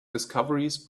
discoveries